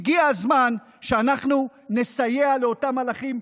הגיע הזמן שאנחנו נסייע לאותם מלאכים,